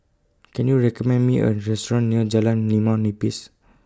Can YOU recommend Me A Restaurant near Jalan Limau Nipis